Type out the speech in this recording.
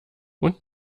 und